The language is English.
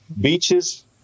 Beaches